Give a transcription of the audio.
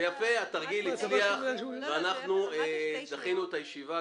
יפה, התרגיל הצליח ואנחנו דחינו את הישיבה.